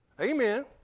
Amen